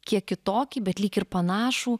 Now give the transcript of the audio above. kiek kitokį bet lyg ir panašų